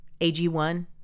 AG1